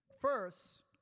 First